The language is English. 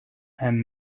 and